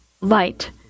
light